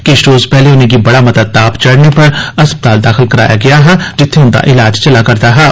किश रोज पैहले उनेंगी बड़ा मता ताप चढ़ने पर अस्पताल दाखल करोआया गेआ हा जित्थे उंदा इलाज चलै करदा हा